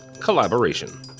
Collaboration